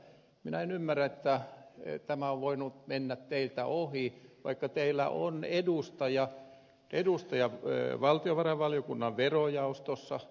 minä en ymmärrä miten tämä on voinut mennä teiltä ohi kun teillä on edustaja valtiovarainvaliokunnan verojaostossa